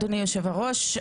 אדוני יושב-הראש,